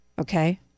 Okay